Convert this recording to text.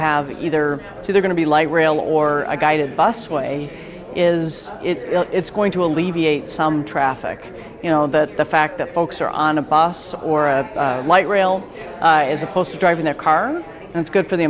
have either to the going to be light rail or a guided busway is it it's going to alleviate some traffic you know that the fact that folks are on a bus or a light rail as opposed to driving their car that's good for the